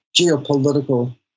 geopolitical